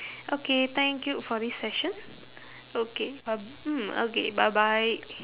okay thank you for this session okay bye mm okay bye bye